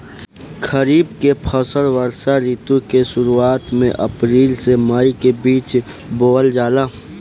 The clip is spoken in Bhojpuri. खरीफ के फसल वर्षा ऋतु के शुरुआत में अप्रैल से मई के बीच बोअल जाला